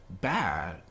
bad